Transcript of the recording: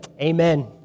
amen